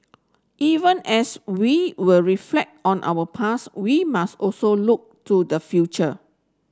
even as we will reflect on our past we must also look to the future